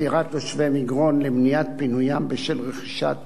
עתירת תושבי מגרון למניעת פינוים בשל רכישת